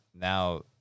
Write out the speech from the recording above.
now